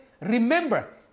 Remember